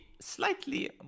slightly